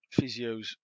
physios